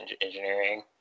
engineering